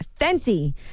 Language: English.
Fenty